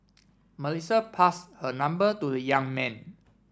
Melissa pass her number to the young man